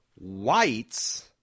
Whites